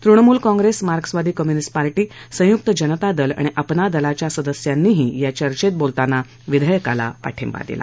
Trinamool Congress मार्क्सवादी कम्युनिस्क्षापाी संयुक जनता दल आणि अपना दलाच्या सदस्यांनीही या चर्चेत बोलताना विधेयकाला पाठिबा दिला